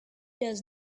does